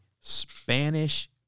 Spanish